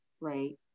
right